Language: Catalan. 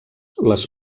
les